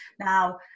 Now